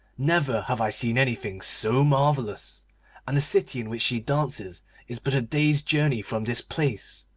never have i seen anything so marvellous and the city in which she dances is but a day's journey from this place